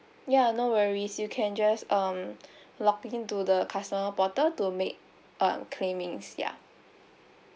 ya no worries you can just um log in to the customer portal to make uh claimings ya